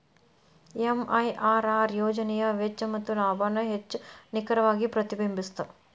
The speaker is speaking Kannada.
ಎಂ.ಐ.ಆರ್.ಆರ್ ಯೋಜನೆಯ ವೆಚ್ಚ ಮತ್ತ ಲಾಭಾನ ಹೆಚ್ಚ್ ನಿಖರವಾಗಿ ಪ್ರತಿಬಿಂಬಸ್ತ